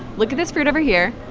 look at this fruit over here.